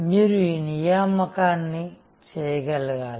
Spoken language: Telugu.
మీరు ఈ నియామకాన్ని చేయగలగాలి